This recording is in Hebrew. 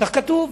כך כתוב.